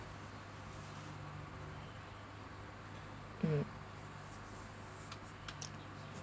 mm